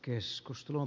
keskustelu